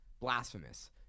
blasphemous